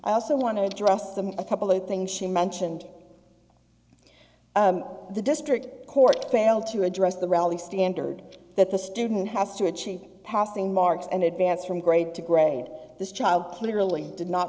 i also want to address them a couple of things she mentioned the district court panel to address the reality standard that the student has to achieve passing marks an advance from grade to grade this child clearly did not